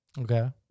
Okay